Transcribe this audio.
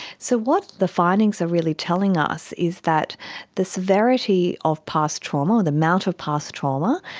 so what the findings are really telling us is that the severity of past trauma or the amount of past trauma,